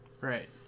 Right